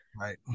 Right